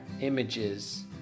images